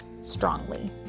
strongly